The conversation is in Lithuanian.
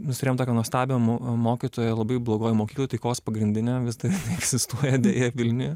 mes turėjom tokią nuostabią mo mokytoją labai blogoj mokykloj taikos pagrindinė vis dar egzistuoja deja vilniuje